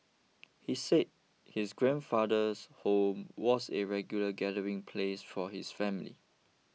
he said his grandfather's home was a regular gathering place for his family